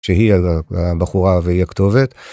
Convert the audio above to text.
שהיא הבחורה והיא הכתובת.